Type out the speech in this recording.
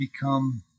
become